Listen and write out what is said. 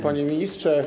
Panie Ministrze!